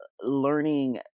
learning